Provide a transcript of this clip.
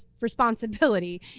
responsibility